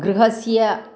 गृहस्य